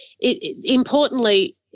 importantly